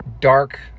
dark